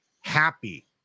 happy